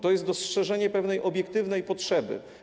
To jest dostrzeżenie pewnej obiektywnej potrzeby.